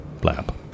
blab